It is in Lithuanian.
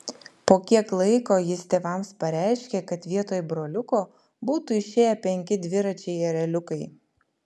po kiek laiko jis tėvams pareiškė kad vietoj broliuko būtų išėję penki dviračiai ereliukai